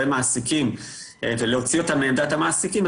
הם מעסיקים ולהוציא אותם מעמדת המעסיקים,